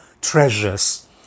treasures